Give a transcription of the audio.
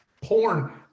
porn